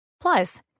Plus